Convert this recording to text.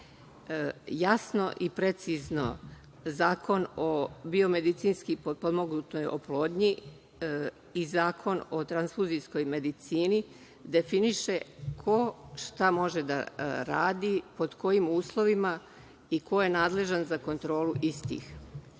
Jasno i precizno, Zakon o biomedicinski potpomognutoj oplodnji i Zakon o transfuzijskoj medicini definiše ko, šta može da radi, pod kojim uslovima i ko je nadležan za kontrolu istih.